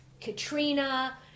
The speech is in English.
Katrina